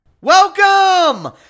Welcome